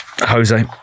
Jose